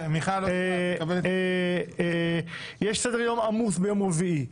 יש סדר יום עמוס ביום רביעי,